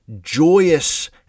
joyous